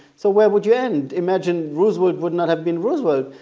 so where would you end? imagine roosevelt would not have been roosevelt.